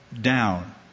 down